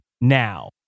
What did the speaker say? now